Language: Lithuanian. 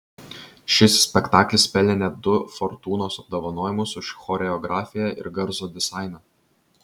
šis spektaklis pelnė net du fortūnos apdovanojimus už choreografiją ir garso dizainą